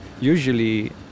usually